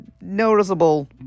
noticeable